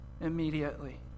immediately